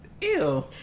ew